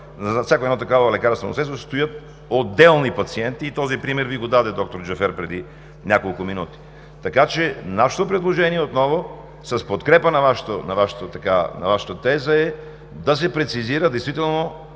зад всяко едно такова лекарствено средство стоят отделни пациенти, и този пример Ви го даде д-р Джафер преди няколко минути. Нашето предложение отново, с подкрепа на Вашата теза, е: да се прецизира действително